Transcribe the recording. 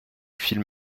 film